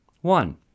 One